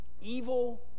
evil